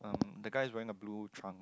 um the guy is wearing a blue trunk